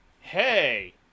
Hey